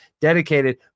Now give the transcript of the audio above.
dedicated